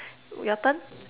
your turn